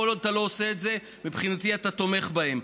כל עוד אתה לא עושה את זה, מבחינתי אתה תומך בהם.